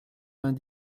vingt